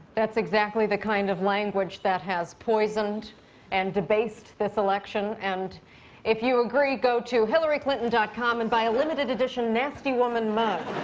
that's exactly the kind of language that has poisoned and debased this election. and if you agree, go to hillaryclinton dot com and buy a limited edition nasty woman mug.